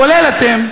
כולל אתם,